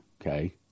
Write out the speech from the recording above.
okay